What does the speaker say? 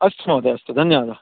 अस्तु महोदय अस्तु धन्यवादः